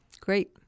great